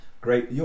great